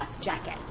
jacket